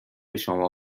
شما